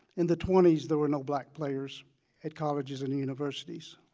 in the twenty s, there were no black players at colleges and universities.